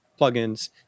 plugins